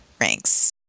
ranks